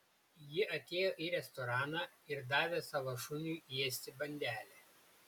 ji atėjo į restoraną ir davė savo šuniui ėsti bandelę